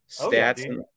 stats